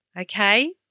Okay